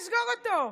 נסגור אותו,